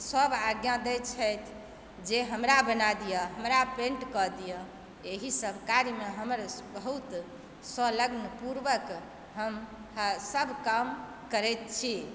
सभ आज्ञा दैत छथि जे हमरा बना दिअ हमरा पेण्ट कऽ दिअ एहिसभ काजमे हमर बहुत स्वलग्नपूर्वक हमसभ काम करैत छी